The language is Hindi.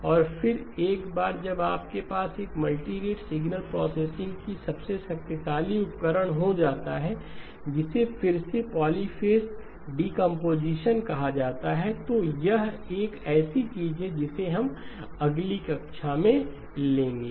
और फिर एक बार जब आपके पास यह मल्टीरेट सिग्नल प्रोसेसिंग का सबसे शक्तिशाली उपकरण हो जाता है जिसे फिर से पॉलीफ़ेज़ डीकंपोजिशन कहा जाता है तो यह एक ऐसी चीज़ है जिसे हम अगली कक्षा में लेंगे